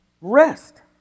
Rest